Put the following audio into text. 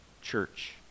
church